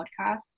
podcasts